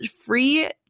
free